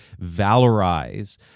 valorize